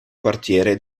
quartiere